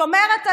שומרת עלינו,